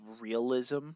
realism